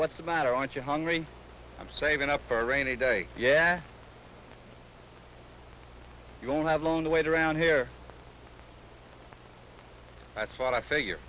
what's the matter aren't you hungry i'm saving up for a rainy day yeah you don't have long to wait around here that's what i figure